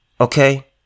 Okay